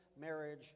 marriage